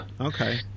Okay